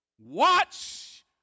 Watch